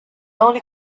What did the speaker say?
only